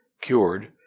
cured